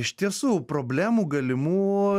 iš tiesų problemų galimų